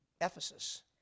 Ephesus